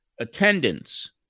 attendance